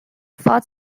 fat